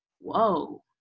whoa